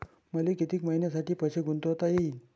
मले कितीक मईन्यासाठी पैसे गुंतवता येईन?